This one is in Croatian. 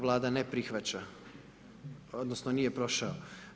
Vlada ne prihvaća odnosno nije prošao.